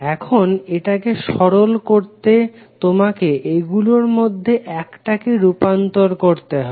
এখন এটাকে সরল করতে তোমাকে এগুলোর মধ্যে একটাকে রূপান্তর করতে হবে